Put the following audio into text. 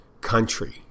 country